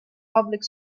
public